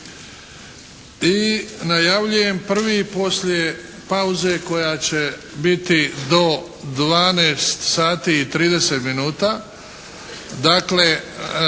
i najavljujem prvi poslije pauze koja će biti do 12 sati i 30 minuta.